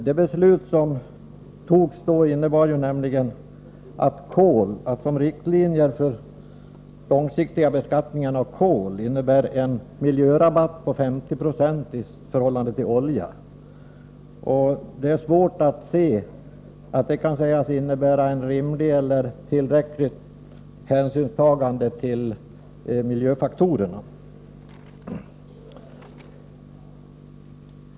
Det beslut som fattades om riktlinjer för den långsiktiga beskattningen av kol innebär nämligen en miljörabatt på 50 26 i förhållande till olja. Det är svårt att se att detta betyder ett rimligt eller tillräckligt hänsynstagande till miljöfaktorerna.